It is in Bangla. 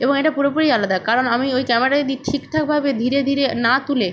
এবং এটা পুরোপুরিই আলাদা কারণ আমি ওই ক্যামেরাটা যদি ঠিকঠাকভাবে ধীরে ধীরে না তুলে